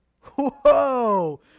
Whoa